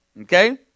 Okay